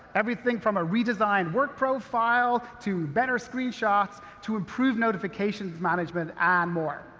everything from a redesigned work profile, to better screenshots, to improved notifications management, and more.